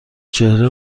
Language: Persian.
چهره